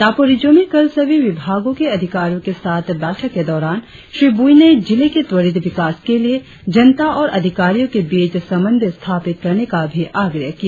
दापोरिजो में कल सभी विभागों के अधिकारियो के साथ बैठक के दौरान श्री बुइ ने जिले के त्वरित विकास के लिए जनता और अधिकारियों के बीच समन्वय स्थापित करने का भी आग्रह किया